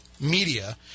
media